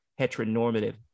heteronormative